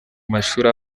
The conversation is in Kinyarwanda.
mashuri